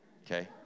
Okay